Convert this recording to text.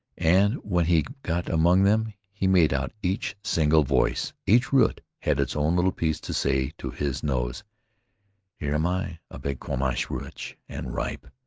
and when he got among them he made out each single voice. each root had its own little piece to say to his nose here am i, a big quamash, rich and ripe,